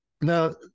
Now